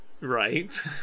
Right